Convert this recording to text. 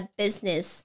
business